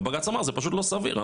ובג"צ אמר זה פשוט סביר.